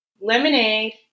lemonade